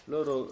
Loro